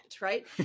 right